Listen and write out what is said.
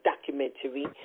documentary